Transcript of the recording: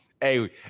Hey